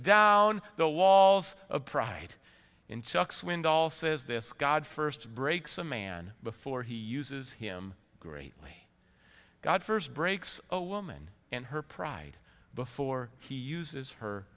down the walls of pride in chuck swindoll says this god first breaks a man before he uses him greatly god first breaks a woman and her pride before he uses her